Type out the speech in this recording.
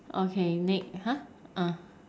okay next !huh! uh